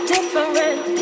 Different